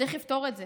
צריך לפתור את זה.